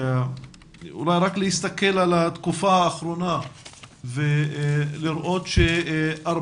אולי רק להסתכל על התקופה האחרונה ולראות שהיו